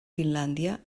finlàndia